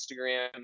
Instagram